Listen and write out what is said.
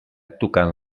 tocant